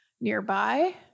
nearby